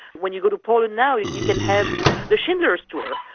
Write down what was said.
when you go to poland now, you you can have the schindler's tour,